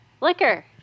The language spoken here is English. liquor